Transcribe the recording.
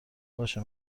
باشه